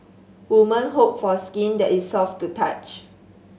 woman hope for skin that is soft to touch